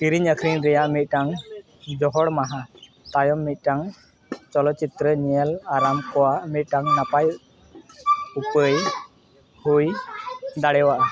ᱠᱤᱨᱤᱧᱼᱟᱹᱠᱷᱨᱤᱧ ᱨᱮᱭᱟᱜ ᱢᱤᱫᱴᱟᱝ ᱡᱚᱦᱚᱲ ᱢᱟᱦᱟ ᱛᱟᱭᱚᱢ ᱢᱤᱫᱴᱟᱝ ᱪᱚᱞᱚᱪᱤᱛᱨᱚ ᱧᱮᱞ ᱟᱨ ᱩᱢᱠᱩᱣᱟᱜ ᱢᱤᱫᱴᱟᱝ ᱩᱯᱟᱹᱭ ᱦᱩᱭ ᱫᱟᱲᱮᱭᱟᱜᱼᱟ